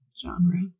Genre